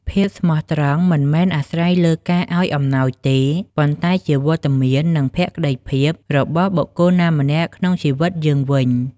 ភាពស្មោះត្រង់មិនមែនអាស្រ័យលើការឱ្យអំណោយទេ ប៉ុន្តែជាវត្តមាន និងភក្ដីភាពរបស់បុគ្គលណាម្នាក់ក្នុងជីវិតយើងវិញ។